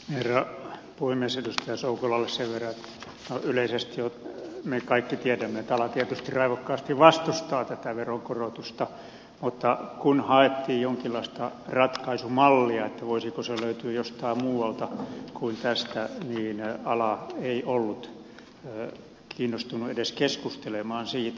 edustaja soukolalle sen verran että noin yleisesti ottaen me kaikki tiedämme että ala tietysti raivokkaasti vastustaa tätä veronkorotusta mutta kun haettiin jonkinlaista ratkaisumallia voisiko se löytyä jostain muualta kuin tästä niin ala ei ollut kiinnostunut edes keskustelemaan siitä